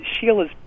Sheila's